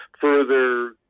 further